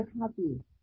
happy